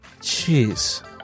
Jeez